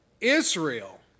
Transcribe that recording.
Israel